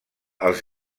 els